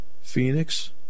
Phoenix